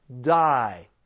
die